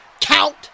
count